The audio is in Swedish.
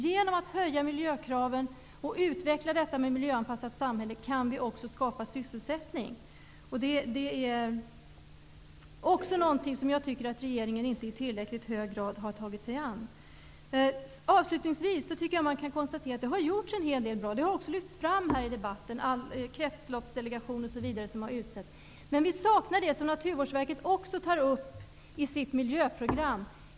Genom att höja miljökraven och utveckla ett miljöanpassat samhälle kan vi också skapa sysselsättning. Det är också någonting som jag tycker att regeringen inte i tillräckligt hög grad har tagit sig an. Avslutningsvis tycker jag att man kan konstatera att det har gjorts en hel del bra. Det har också lyfts fram här i debatten -- kretsloppsdelegationen osv. som har utsetts. Men vi saknar det som Naturvårdsverket också tar upp i sitt miljöprogram.